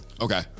okay